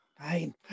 Fine